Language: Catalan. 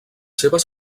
seves